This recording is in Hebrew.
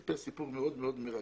וסיפר סיפור מאוד מרגש.